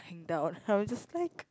lying down I was just like